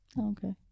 Okay